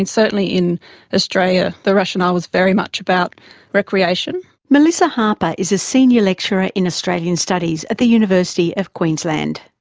and certainly in australia the rationale was very much about recreation. melissa harper is a senior lecturer in australian studies at the university of queensland.